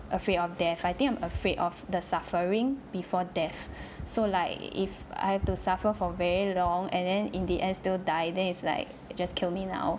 afraid of death I think I'm afraid of the suffering before death so like if I have to suffer for very long and then in the end still die then it's like just kill me now